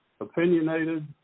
opinionated